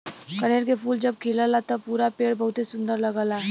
कनेर के फूल जब खिलला त पूरा पेड़ बहुते सुंदर लगला